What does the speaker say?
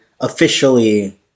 officially